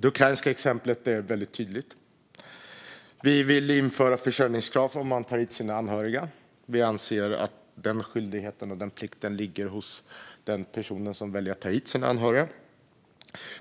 Det ukrainska exemplet är väldigt tydligt. Vi vill införa försörjningskrav om man tar hit sina anhöriga. Vi anser att den skyldigheten och plikten ligger hos den person som väljer att ta hit sina anhöriga.